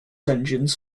engines